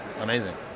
Amazing